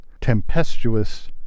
tempestuous